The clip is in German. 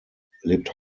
lebt